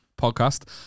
podcast